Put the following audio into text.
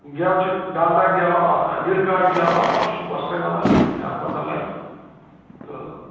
گٮ۪و چھِ ڈالڈا گٮ۪و آسان وِرکا گٮ۪و آسان سُہ چھُ وۄستَے وَنان کہِ کیٛاہ کوتاہ لَگہِ تہٕ